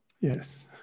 Yes